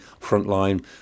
frontline